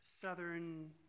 southern